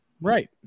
right